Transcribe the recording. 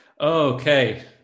okay